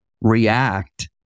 react